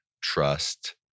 trust